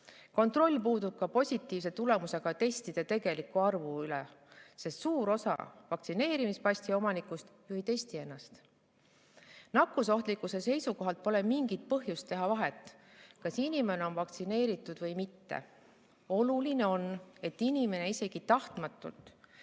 Kontroll puudub ka positiivse tulemusega testide tegeliku arvu üle, sest suur osa vaktsineerimispassi omanikest ju ei testi ennast. Nakkusohtlikkuse seisukohalt pole mingit põhjust teha vahet, kas inimene on vaktsineeritud või mitte. Oluline on, et inimene isegi tahtmatult